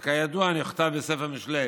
וכידוע, נכתב בספר משלי,